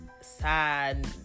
sad